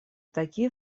такие